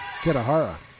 Kitahara